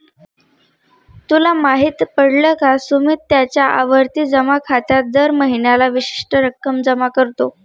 तुला माहित पडल का? सुमित त्याच्या आवर्ती जमा खात्यात दर महीन्याला विशिष्ट रक्कम जमा करतो